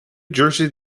jersey